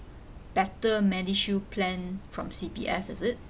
better medishield plan from C_P_F is it